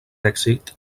èxit